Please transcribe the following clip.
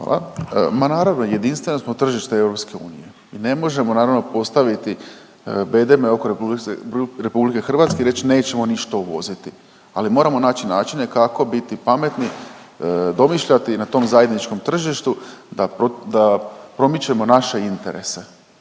Ma naravno jedinstveno smo tržište EU i ne možemo naravno postaviti bedeme oko Republike Hrvatske i reći nećemo ništa uvoziti, ali moramo naći načine kako biti pametni, domišljati na tom zajedničkom tržištu da promičemo naše interese.